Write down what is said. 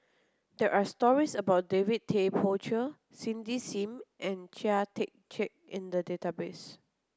there are stories about David Tay Poey Cher Cindy Sim and Chia Tee Chiak in the database